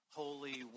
holy